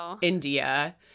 India